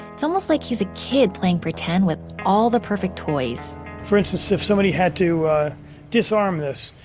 it's almost like he's a kid playing pretend with all the perfect toys for instance, if somebody had to disarm this,